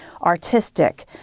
artistic